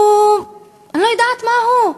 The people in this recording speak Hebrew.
הוא, אני לא יודעת מה הוא.